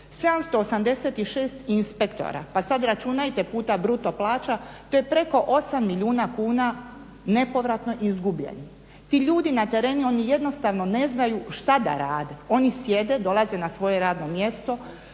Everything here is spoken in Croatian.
786 inspektora, pa sada računajte puta bruto plaća, to je preko 8 milijuna kuna nepovratno izgubljenih. Ti ljudi na terenu, oni jednostavno ne znaju šta da rade. Oni sjede, dolaze na svoje radno mjesto,